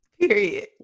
period